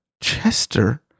chester